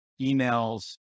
emails